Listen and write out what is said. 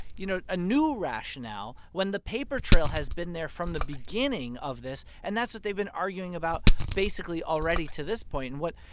you know, new rationale when the paper trail has been there from the beginning of this. and that's what they've been arguing about, basically, already to this point. and what,